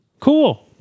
Cool